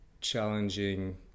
challenging